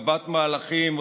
רבת-מהלכים,